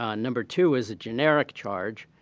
um number two is a generic charge.